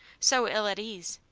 so ill at ease.